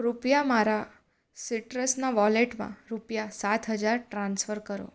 કૃપયા મારા સીટ્રસનાં વોલેટમાં રૂપિયા સાત હજાર ટ્રાન્સફર કરો